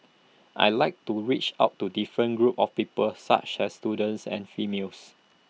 I'd like to reach out to different groups of people such as students and females